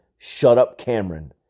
SHUTUPCAMERON